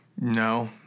No